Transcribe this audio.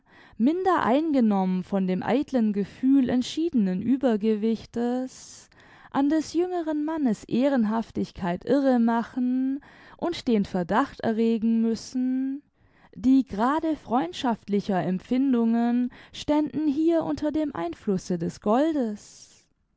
minder eingenommen von dem eitlen gefühl entschiedenen uebergewichtes an des jüngeren mannes ehrenhaftigkeit irre machen und den verdacht erregen müssen die grade freundschaftlicher empfindungen ständen hier unter dem einflusse des goldes